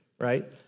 right